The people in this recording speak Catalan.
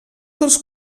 dels